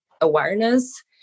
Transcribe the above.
awareness